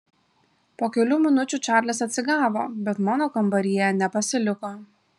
po kelių minučių čarlis atsigavo bet mano kambaryje nepasiliko